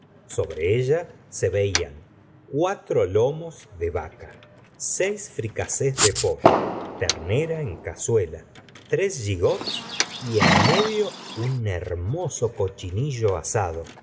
sobre ella se veían cuatro lomos de vaca seis fricasés de pollo ternera en cazuela tres gigots y en medio un hermoso cochinillo asado